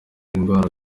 indwara